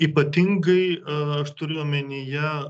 ypatingai aš turiu omenyje